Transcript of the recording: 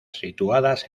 situadas